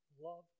love